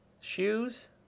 shoes